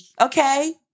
Okay